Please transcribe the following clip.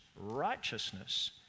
righteousness